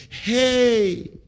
hey